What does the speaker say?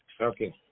Okay